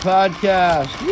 Podcast